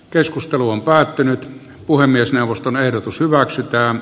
keskustelu on päätynyt puhemiesneuvoston ehdotus hyväksytään